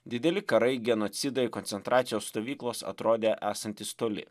didelį karai genocidai koncentracijos stovyklos atrodė esantys toli